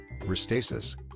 Restasis